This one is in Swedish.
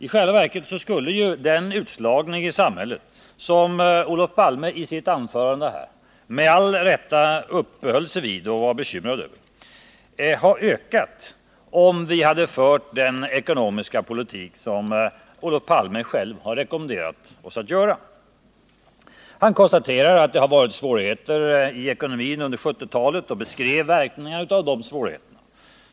I själva verket skulle den utslagning i samhället som Olof Palme i sitt anförande med all rätt uppehöll sig vid och var bekymrad över ha ökat, om vi hade fört den ekonomiska politik som Olof Palme själv har rekommenderat. Han konstaterade att det har varit svårigheter i ekonomin under 1970-talet och beskrev verkningarna av dessa svårigheter.